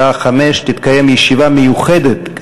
בשעה 17:00 תתקיים ישיבה מיוחדת,